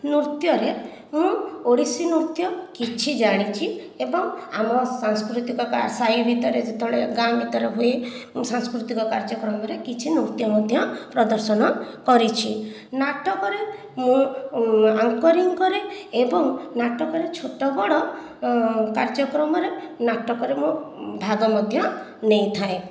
ନୃତ୍ୟ ରେ ମୁଁ ଓଡ଼ିଶୀ ନୃତ୍ୟ କିଛି ଜାଣିଛି ଏବଂ ଆମ ସାଂସ୍କୃତିକ ସାହି ଭିତରେ ଯେତବେଳେ ଗାଁ ଭିତରେ ହୁଏ ମୁଁ ସାଂସ୍କୃତିକ କାର୍ଯ୍ୟକ୍ରମ ରେ କିଛି ନୃତ୍ୟ ମଧ୍ୟ ପ୍ରଦର୍ଶନ କରିଛି ନାଟକ ରେ ମୁଁ ଆଙ୍କରିଙ୍ଗ କରେ ଏବଂ ନାଟକ ରେ ଛୋଟ ବଡ଼ କାର୍ଯ୍ୟକ୍ରମ ରେ ନାଟକ ରେ ମୁଁ ଭାଗ ମଧ୍ୟ ନେଇଥାଏ